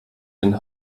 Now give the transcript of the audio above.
den